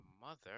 mother